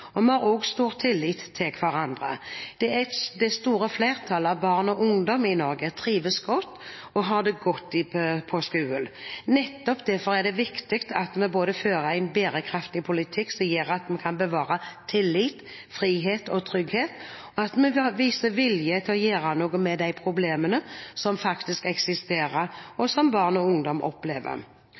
og vi har også stor tillit til hverandre. Det store flertallet av barn og ungdom i Norge trives godt og har det godt på skolen. Nettopp derfor er det viktig at vi både fører en bærekraftig politikk som gjør at vi kan bevare tillit, frihet og trygghet, og at vi viser vilje til å gjøre noe med de problemene som faktisk eksisterer, og som barn og ungdom opplever.